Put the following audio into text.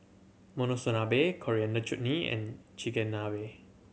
Monsunabe Coriander Chutney and Chigenabe